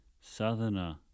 southerner